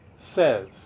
says